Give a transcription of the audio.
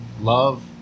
Love